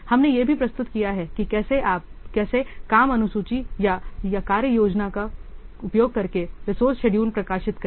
हमने यह भी प्रस्तुत किया है कि कैसे काम अनुसूची या कार्य योजना का उपयोग करके रिसोर्से शेड्यूल प्रकाशित करें